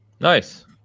nice